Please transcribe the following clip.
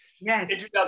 yes